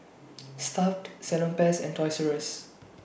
Stuff'd Salonpas and Toys U S